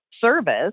service